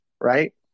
right